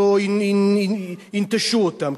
לא ינטשו אותם,